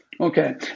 Okay